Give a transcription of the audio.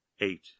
eight